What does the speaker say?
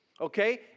okay